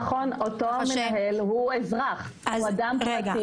נכון, אותו מנהל הוא אזרח, הוא אדם פרטי